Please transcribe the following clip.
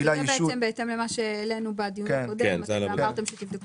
זה בעצם בהתאם למה שהעלינו בדיון הקודם ואתם אמרתם שתבדקו